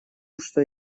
что